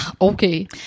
Okay